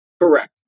Correct